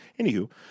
Anywho